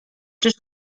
czyż